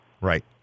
Right